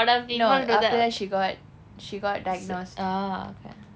no after that she got she got diagnosed